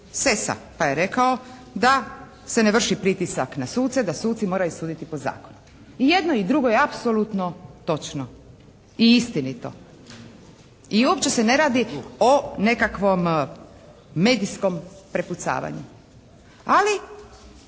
Sesa, pa je rekao da se ne vrši pritisak na suce, da suci moraju suditi po zakonu. I jedno i drugo je apsolutno točno i istinito i uopće se ne radi o nekakvom medijskom prepucavanju. Ali